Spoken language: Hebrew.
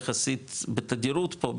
יחסית בתדירות פה,